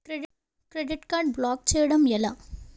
Credit card block చేయడం ఎలా?